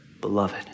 beloved